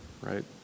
right